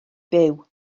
byw